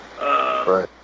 right